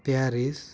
Paris